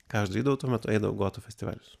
ką aš darydavau tuo metu eidavau į gotų festivalius